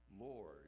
Lord